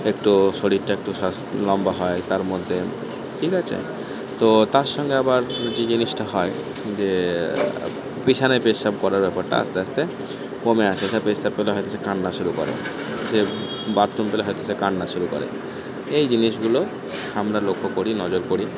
একটু শরীরটা একটু সাস লম্বা হয় তার মধ্যে ঠিক আছে তো তার সঙ্গে আবার যে জিনিসটা হয় যে বিছানায় পেচ্ছাপ করার ব্যাপারটা আস্তে আস্তে কমে আসে সে পেচ্ছাপ পেলে হয়তো সে কান্না শুরু করে সে বাথরুম পেলে হয়তো সে কান্না শুরু করে এই জিনিসগুলো আমরা লক্ষ্য করি নজর করি